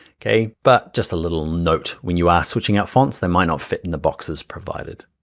okay, but just a little note when you are switching out fonts, they might not fit in the boxes provided.